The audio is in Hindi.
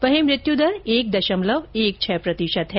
वहीं मृत्यु दर एक दशमलव एक छह प्रतिशत है